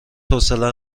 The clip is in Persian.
حوصله